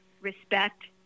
respect